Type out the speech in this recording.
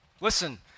Listen